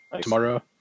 tomorrow